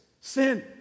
Sin